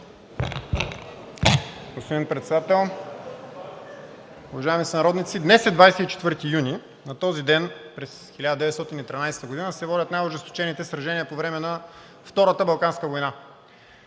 Господин Председател, уважаеми сънародници! Днес е 24 юни. На този ден през 1913 г. се водят най-ожесточените сражения по време на Втората балканска война.